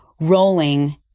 rolling